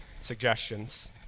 suggestions